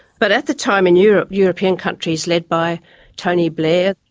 but at the time in europe, european countries led by tony blair,